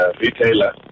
retailer